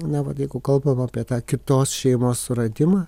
neva jeigu kalbam apie tą kitos šeimos suradimą